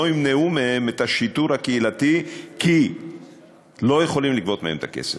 לא ימנעו מהם את השיטור הקהילתי כי לא יכולים לגבות מהם את הכסף,